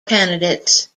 candidates